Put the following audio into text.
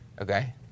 Okay